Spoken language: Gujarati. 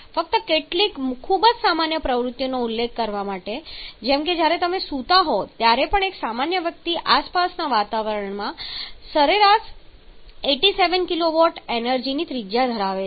ફક્ત કેટલીક ખૂબ જ સામાન્ય પ્રવૃત્તિઓનો ઉલ્લેખ કરવા માટે જેમ કે જ્યારે તમે સૂતા હોવ ત્યારે પણ એક સામાન્ય વ્યક્તિ આસપાસના વાતાવરણમાં સરેરાશ 87 kW એનર્જીની ત્રિજ્યા ધરાવે છે